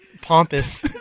pompous